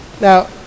Now